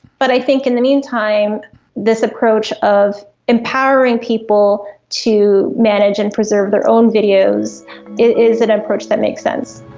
but i think in the meantime this approach of empowering people to manage and preserve their own videos, it is an approach that makes sense.